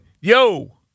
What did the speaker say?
yo